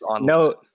No